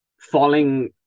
falling